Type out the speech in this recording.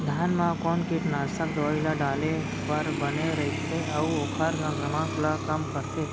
धान म कोन कीटनाशक दवई ल डाले बर बने रइथे, अऊ ओखर संक्रमण ल कम करथें?